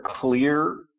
clear